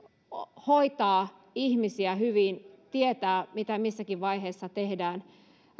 hoitaa ihmisiä hyvin ja tietää mitä missäkin vaiheessa tehdään